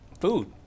food